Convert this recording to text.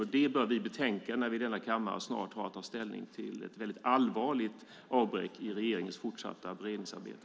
Det bör vi betänka när vi i denna kammare snart har att ta ställning till ett väldigt allvarligt avbräck i regeringens fortsatta beredningsarbete.